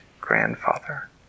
grandfather